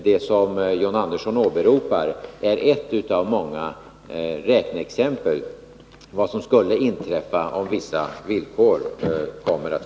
Det som John Andersson åberopar är ett av många räkneexempel på vad som skulle Nr 161